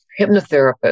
hypnotherapist